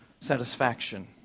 satisfaction